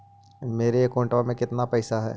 मेरे अकाउंट में केतना पैसा है?